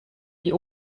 die